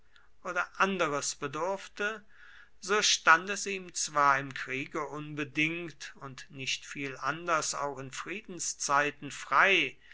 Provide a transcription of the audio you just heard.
oder anderes bedurfte so stand es ihm zwar im kriege unbedingt und nicht viel anders auch in friedenszeiten frei